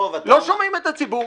לא שומעים את הציבור,